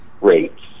rates